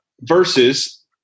Versus